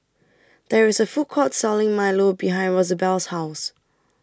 There IS A Food Court Selling Milo behind Rosabelle's House